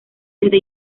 desde